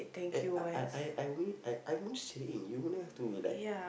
at I I I weigh I I must say you have to be like